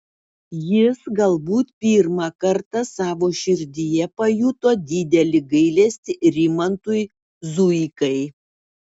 jis galbūt pirmą kartą savo širdyje pajuto didelį gailestį rimantui zuikai